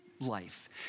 life